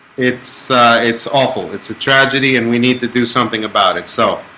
it's it's awful. it's a tragedy and we need to do something about it, so